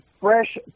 fresh